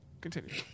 continue